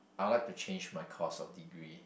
I would like to change my course of degree